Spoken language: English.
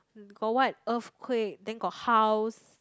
got what earthquake then got house